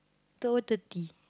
two thirty